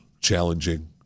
challenging